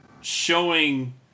showing